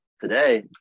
today